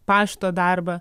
pašto darbą